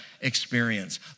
experience